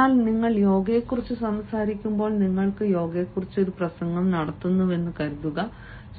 എന്നാൽ നിങ്ങൾ യോഗയെക്കുറിച്ച് സംസാരിക്കുമ്പോൾ നിങ്ങൾ യോഗയെക്കുറിച്ച് ഒരു പ്രസംഗം നടത്തുന്നുവെന്ന് കരുതുക